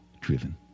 driven